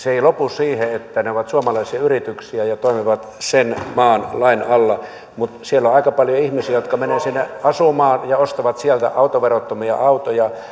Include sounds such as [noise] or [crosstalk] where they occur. [unintelligible] ei lopu siihen että ne ovat suomalaisia yrityksiä ja toimivat sen maan lain alla vaan siellä on aika paljon ihmisiä jotka menevät sinne asumaan ja ostavat sieltä autoverottomia autoja [unintelligible]